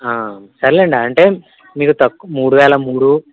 సర్లేండి అంటే మీరు తక్కు మూడువేల మూడు